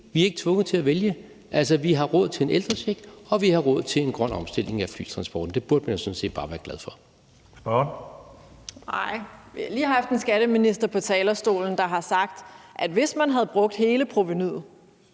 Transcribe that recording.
Vi er ikke tvunget til at vælge. Altså, vi har råd til en ældrecheck, og vi har råd til en grøn omstilling af flytransporten. Det burde man jo sådan set bare være glad for. Kl. 13:35 Tredje næstformand (Karsten Hønge): Spørgeren. Kl. 13:35 Samira Nawa (RV): Vi har lige haft en skatteminister på talerstolen, der har sagt, at hvis man havde brugt hele provenuet